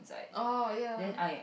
oh ya